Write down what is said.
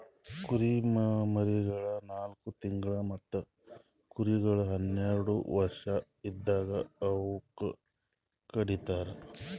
ಕುರಿಮರಿಗೊಳ್ ನಾಲ್ಕು ತಿಂಗುಳ್ ಮತ್ತ ಕುರಿಗೊಳ್ ಹನ್ನೆರಡು ವರ್ಷ ಇದ್ದಾಗ್ ಅವೂಕ ಕಡಿತರ್